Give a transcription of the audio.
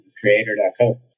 creator.co